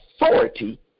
authority